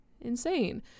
insane